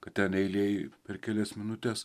kad ten eilėj per kelias minutes